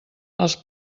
els